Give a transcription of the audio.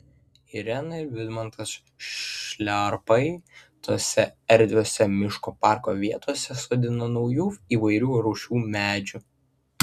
irena ir vidmantas šliarpai tose erdviose miško parko vietose sodina naujų įvairių rūšių medžių